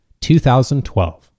2012